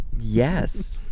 Yes